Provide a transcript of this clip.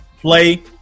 play –